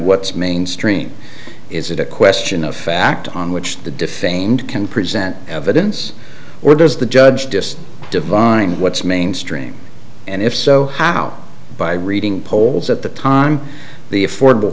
what's mainstream is it a question of fact on which the defamed can present evidence or does the judge just divine what's mainstream and if so how by reading polls at the time the affordable